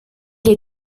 est